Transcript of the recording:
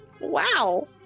wow